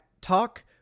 talk